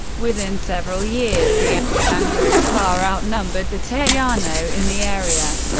within several years, the anglos far outnumbered the tejano in the area.